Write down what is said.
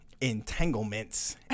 entanglements